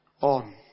on